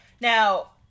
now